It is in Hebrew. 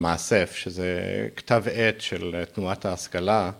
מאסף שזה כתב עת של תנועת ההשכלה.